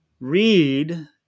read